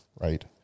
right